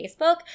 Facebook